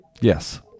Yes